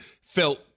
felt